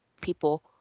people